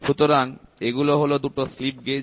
সুতরাং এগুলো হলো দুটো স্লিপ গেজ